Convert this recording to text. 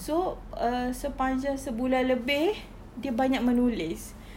so err sepanjang sebulan lebih dia banyak menulis